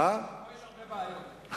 פה יש הרבה בעיות.